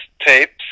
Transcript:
tapes